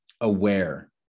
aware